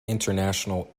international